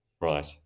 Right